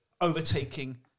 overtaking